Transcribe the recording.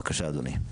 בבקשה, אדוני.